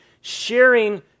sharing